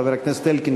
חבר הכנסת אלקין,